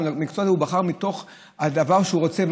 את המקצוע הזה בחרו מתוך הדבר שהם רוצים,